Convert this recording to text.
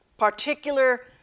particular